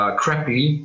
crappy